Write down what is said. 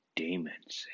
demons